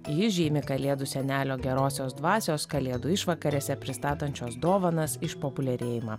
jis žymi kalėdų senelio gerosios dvasios kalėdų išvakarėse pristatančios dovanas išpopuliarėjimą